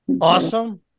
awesome